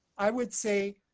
i would say.